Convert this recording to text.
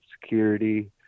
security